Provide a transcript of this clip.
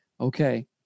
okay